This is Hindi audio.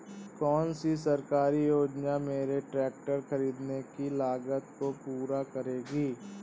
कौन सी सरकारी योजना मेरे ट्रैक्टर ख़रीदने की लागत को पूरा करेगी?